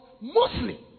mostly